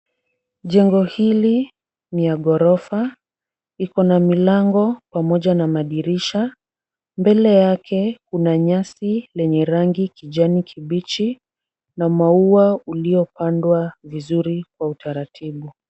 Jengo hili ni ya ghorofa, iko na milango pamoja na madirisha. Mbele yake kuna nyasi lenye rangi kijani kibichi na maua uliyopandwa vizuri kwa utaratibu.